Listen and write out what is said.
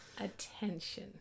Attention